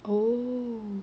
oh